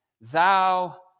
Thou